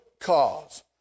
cause